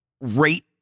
Rate